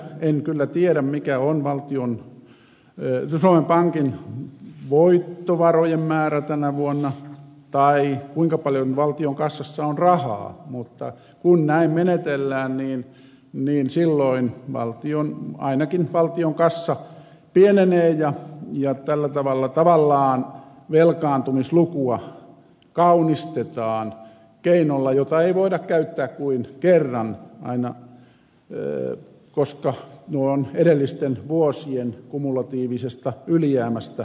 en kyllä tiedä mikä on suomen pankin voittovarojen määrä tänä vuonna tai kuinka paljon valtion kassassa on rahaa mutta kun näin menetellään silloin ainakin valtion kassa pienenee ja tällä tavalla tavallaan velkaantumislukua kaunistetaan keinolla jota ei voida käyttää kuin aina kerran koska nuo ovat edellisten vuosien kumulatiivisesta ylijäämästä kertyneitä varoja